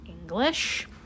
English